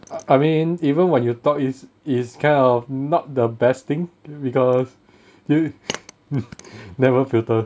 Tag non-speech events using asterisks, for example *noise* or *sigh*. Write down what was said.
I I mean even when you thought is is kind of not the best thing because you *laughs* never filter